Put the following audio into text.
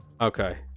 Okay